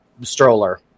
stroller